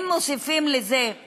אם מוסיפים לזה את